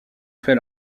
fait